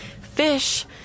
fish